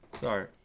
Sorry